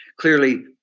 clearly